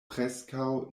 preskaŭ